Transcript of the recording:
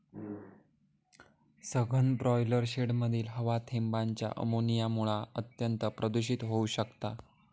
सघन ब्रॉयलर शेडमधली हवा थेंबांच्या अमोनियामुळा अत्यंत प्रदुषित होउ शकता